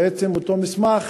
בעצם, אותו מסמך